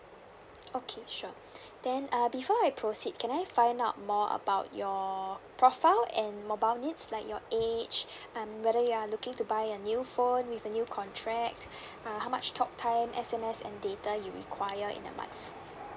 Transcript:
okay sure then uh before I proceed can I find out more about your profile and mobile needs like your age and whether you are looking to buy a new phone with a new contract uh how much talk time S_M_S and data you require in a month